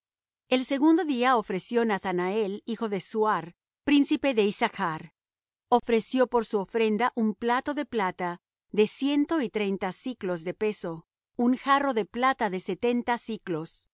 el tercer día eliab hijo de helón príncipe de los hijos de zabulón y su ofrenda un plato de plata de ciento y treinta siclos de peso un jarro de plata de setenta siclos